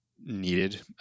needed